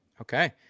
okay